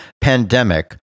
pandemic